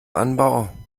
anbau